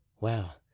Well